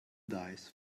dice